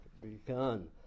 begun